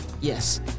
Yes